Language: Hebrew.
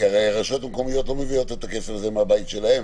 כי הרי רשויות מקומיות לא מביאות את הכסף הזה מהבית שלהם,